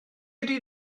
ydy